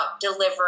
delivering